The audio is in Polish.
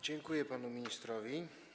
Dziękuję panu ministrowi.